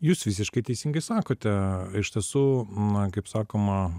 jūs visiškai teisingai sakote iš tiesų na kaip sakoma